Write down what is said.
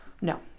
no